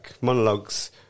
monologues